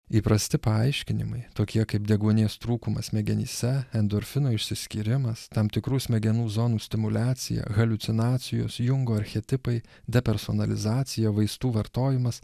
įprasti paaiškinimai tokie kaip deguonies trūkumas smegenyse endorfinų išsiskyrimas tam tikrų smegenų zonų stimuliacija haliucinacijos jungo archetipai depersonalizacija vaistų vartojimas